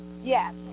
Yes